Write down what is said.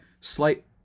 slight